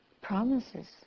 promises